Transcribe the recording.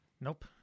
Nope